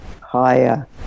higher